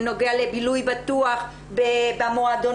בנוגע לבילוי בטוח במועדונים,